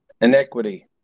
Inequity